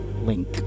link